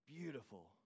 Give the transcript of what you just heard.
beautiful